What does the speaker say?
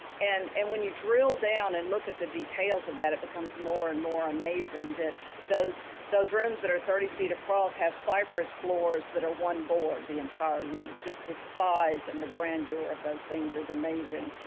and and when you drill down and look at the details of that, it becomes more and more amazing that those those rooms that are thirty feet across have cypress floors that are one board the entire length, just the size and the grandeur of those things is amazing,